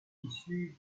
issu